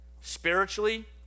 spiritually